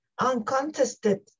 uncontested